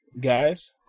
guys